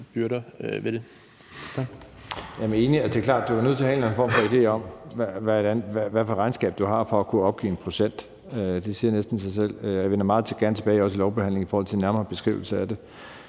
det er klart, at du er nødt til at have en eller anden form for idé om, hvad for et regnskab du har, for at kunne opgive en procent. Det siger næsten sig selv. Jeg vender også meget gerne tilbage i lovbehandlingen i forhold til en nærmere beskrivelse af det.